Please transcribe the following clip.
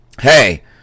hey